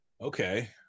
Okay